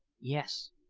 yes,